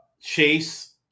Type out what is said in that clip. Chase